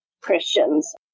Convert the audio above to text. Christians